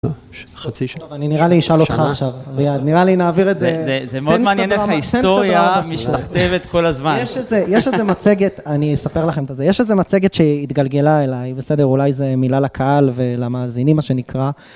אני נראה לי אשאל אותך עכשיו, נראה לי נעביר את זה. זה מאוד מעניין איך ההיסטוריה משתכתבת כל הזמן. יש איזה מצגת, אני אספר לכם את זה, יש איזה מצגת שהתגלגלה אליי, בסדר, אולי זו מילה לקהל ולמאזינים, מה שנקרא.